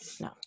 no